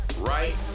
right